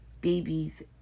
babies